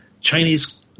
Chinese